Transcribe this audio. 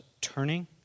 turning